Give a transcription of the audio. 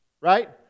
right